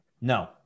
No